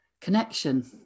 connection